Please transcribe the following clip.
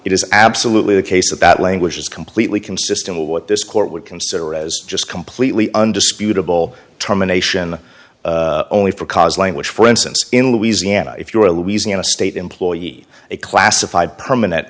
is absolutely the case that that language is completely consistent with what this court would consider as just completely undisputable terminations only for cars language for instance in louisiana if you're a louisiana state employee a classified permanent